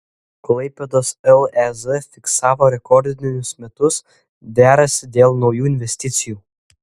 klaipėdos lez fiksavo rekordinius metus derasi dėl naujų investicijų